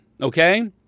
okay